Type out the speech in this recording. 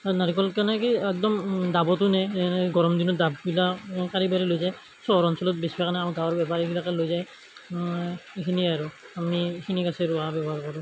নাৰিকল কেনেকে একদম ডাবৰটো নিয়ে নি কিনে গৰম দিনত ডাববিলাক পাৰি পাৰি লৈ যায় চহৰ অঞ্চলত বেচিব কাৰণে আমাৰ গাঁৱৰ বেপাৰীবিলাকে লৈ যায় এইখিনিয়ে আৰু আমি এইখিনি গছেই ৰোৱা ব্যৱহাৰ কৰোঁ